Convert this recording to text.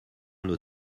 nos